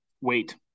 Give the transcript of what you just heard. wait